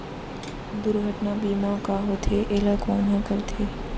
दुर्घटना बीमा का होथे, एला कोन ह करथे?